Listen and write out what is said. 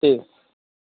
ठीक